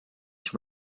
ich